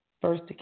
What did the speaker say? first